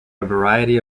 variety